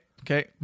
okay